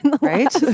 right